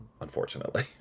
unfortunately